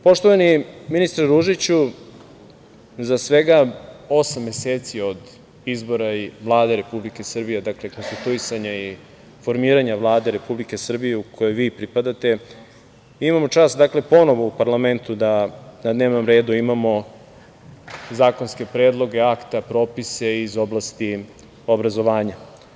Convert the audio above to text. Poštovani ministre Ružiću, za svega osam meseci od izbora i Vlade Republike Srbije, dakle, konstituisanja i formiranja Vlade Republike Srbije kojoj vi pripadate, imamo čast ponovo u parlamentu da na dnevnom redu imamo zakonske predloge akata, propise iz oblasti obrazovanja.